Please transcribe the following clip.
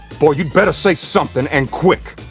boy, you better say something and quick.